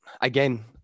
Again